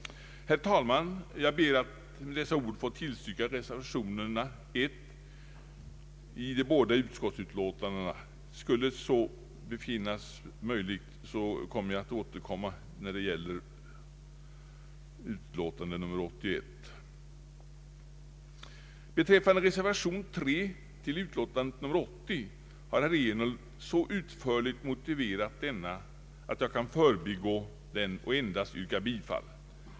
Herr talman! Jag ber att med dessa ord få tillstyrka reservation nr I i de båda utlåtandena. Om så befinnes möjligt, skall jag återkomma beträffande utiåtande nr 81. Beträffande reservation nr III till utlåtande nr 80 har herr Ernulf så utförligt motiverat denna, att jag kan förbigå den och endast yrka bifall till den.